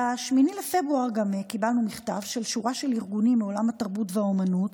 ב-8 בפברואר קיבלנו מכתב של שורה של ארגונים מעולם התרבות והאומנות,